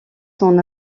son